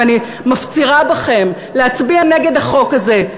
אני מפצירה בכם להצביע נגד החוק הזה.